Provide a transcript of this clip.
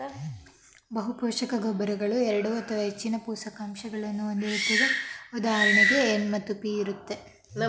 ಬಹುಪೋಷಕ ಗೊಬ್ಬರಗಳು ಎರಡು ಅಥವಾ ಹೆಚ್ಚಿನ ಪೋಷಕಾಂಶಗಳನ್ನು ಹೊಂದಿರುತ್ತದೆ ಉದಾಹರಣೆಗೆ ಎನ್ ಮತ್ತು ಪಿ ಇರುತ್ತೆ